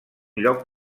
lloc